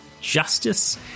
Justice